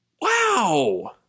Wow